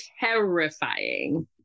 terrifying